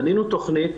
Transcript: בנינו תכנית